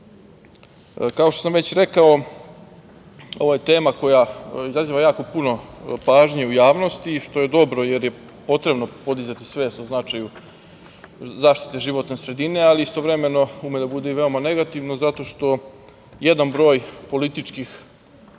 što sam već rekao, ovo je tama koja izaziva jako puno pažnje u javnosti i što je dobro, jer je potrebno podizati svest o značaju zaštite životne sredine, ali istovremeno, ume da bude i veoma negativno, zato što jedan broj političkih